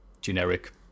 generic